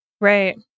Right